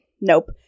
Nope